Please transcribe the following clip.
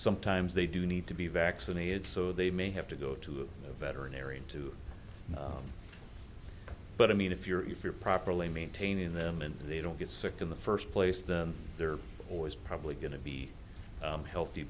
sometimes they do need to be vaccinated so they may have to go to a veterinarian too but i mean if you're if you're properly maintaining them and they don't get sick in the first place then they're always probably going to be healthy